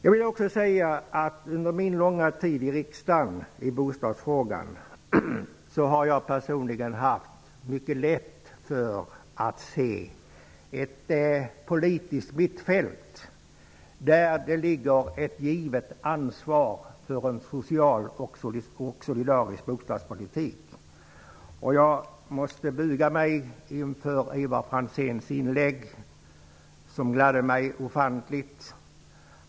Jag vill också säga att jag under min långa tid i riksdagen personligen har haft mycket lätt för att se ett politiskt mittfält i bostadsfrågan, där det ligger ett givet ansvar för en social och solidarisk bostadspolitik. Jag måste buga mig inför Ivar Franzéns inlägg, som gladde mig ofantligt.